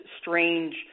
strange